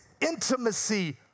intimacy